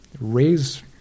raise